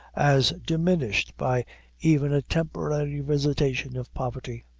as diminished by even a temporary visitation of poverty.